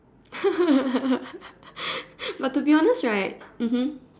but to be honest right mmhmm